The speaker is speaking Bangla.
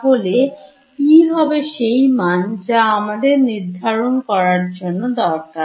তাহলে E হবে সেই মান জা আমাদের নির্ধারণ করার জন্য দরকার